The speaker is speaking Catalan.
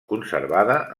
conservada